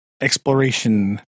exploration